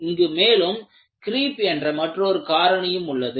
இங்கு மேலும் கிரீப் என்ற மற்றொரு காரணியும் உள்ளது